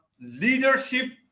leadership